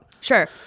Sure